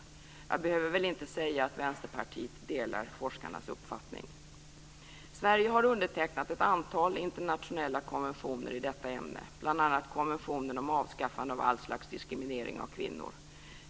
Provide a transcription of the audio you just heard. Jag behöver väl inte säga att Vänsterpartiet delar forskarnas uppfattning? Sverige har undertecknat ett antal internationella konventioner i detta ämne, bl.a. konventionen om avskaffande av all slags diskriminering av kvinnor.